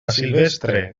silvestre